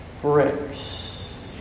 Bricks